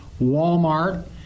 Walmart